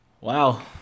Wow